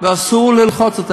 ואסור ללחוץ אותם.